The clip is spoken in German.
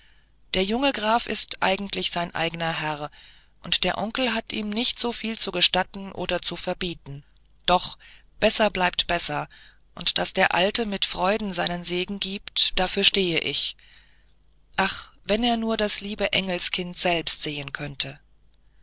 der junge graf ist eigentlich sein eigener herr und der onkel hat ihm nicht so viel zu gestatten oder zu verbieten doch besser bleibt besser und daß der alte mit freuden seinen segen gibt dafür stehe ich ach wenn er nur das liebe engelskind selbst sehen könnte